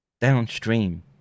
downstream